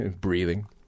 breathing